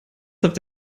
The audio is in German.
habt